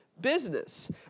business